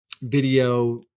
video